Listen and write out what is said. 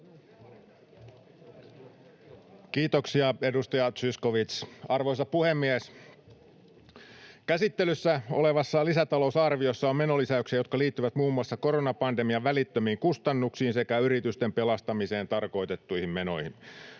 Kiitoksia, edustaja Zyskowicz!] Arvoisa puhemies! Käsittelyssä olevassa lisätalousarviossa on menolisäyksiä, jotka liittyvät muun muassa koronapandemian välittömiin kustannuksiin sekä yritysten pelastamiseen tarkoitettuihin menoihin.